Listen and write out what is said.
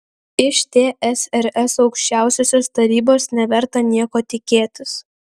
iš tsrs aukščiausiosios tarybos neverta nieko tikėtis